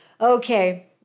Okay